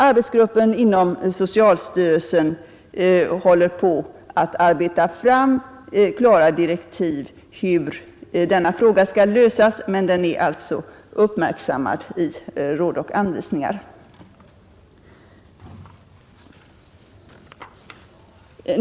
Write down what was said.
Arbetsgruppen inom socialstyrelsen håller på att arbeta fram klara direktiv för hur denna fråga skall lösas, och den är alltså uppmärksammad i Råd och anvisningar.